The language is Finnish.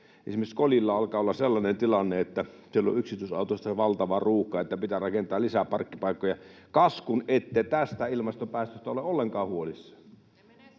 Esimerkiksi Kolilla alkaa olla sellainen tilanne, että siellä on yksityisautoista valtava ruuhka ja pitää rakentaa lisää parkkipaikkoja. Kas kun ette tästä ilmastopäästöstä ole ollenkaan huolissanne.